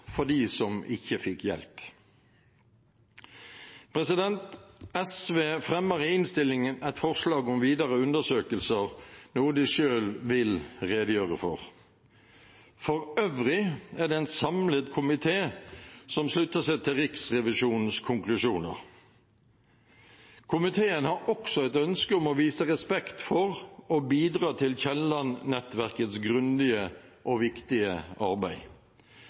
for dem som ikke fikk hjelp. SV fremmer i innstillingen et forslag om videre undersøkelser, noe de selv vil redegjøre for. For øvrig er det en samlet komité som slutter seg til Riksrevisjonens konklusjoner. Komiteen har også et ønske om å vise respekt for og bidra til Kielland-nettverkets grundige og viktige arbeid.